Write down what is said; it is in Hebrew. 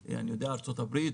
ארצות-הברית,